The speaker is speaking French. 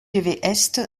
est